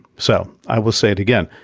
so, i will say it again,